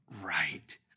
right